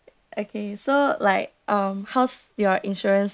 okay so like um how's your insurance